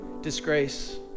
disgrace